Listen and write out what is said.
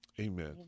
amen